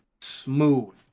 smooth